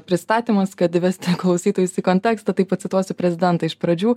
pristatymas kad įvest klausytojus į kontekstą tai pacituosiu prezidentą iš pradžių